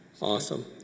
Awesome